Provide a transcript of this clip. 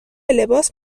لباس